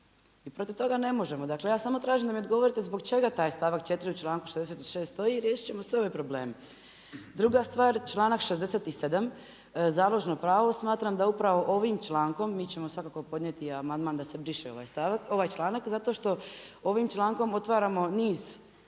I protiv toga ne možemo, dakle ja samo tražimo da mi odgovorite zbog čega taj stavak 4. u članku 66. stoji, i riješit ćemo sve ove probleme. Druga stvar članak 67., založno pravo, smatram da upravo ovim člankom, mi ćemo svakako podnijeti amandman sa se briše ovaj članak, zato što ovim člankom otvaramo niz radnji